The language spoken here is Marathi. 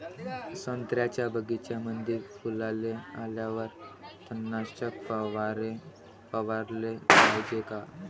संत्र्याच्या बगीच्यामंदी फुलाले आल्यावर तननाशक फवाराले पायजे का?